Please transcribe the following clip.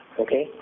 Okay